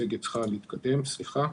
המצגת מולנו כי קיבלנו עותק קשיח שלה.